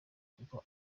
kuko